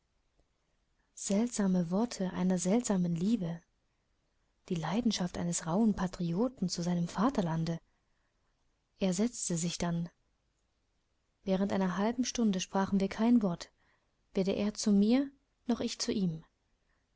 seltsame worte einer seltsamen liebe die leidenschaft eines rauhen patrioten zu seinem vaterlande er setzte sich dann während einer halben stunde sprachen wir kein wort weder er zu mir noch ich zu ihm